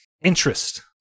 interest